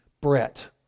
Brett